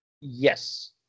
Yes